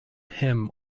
him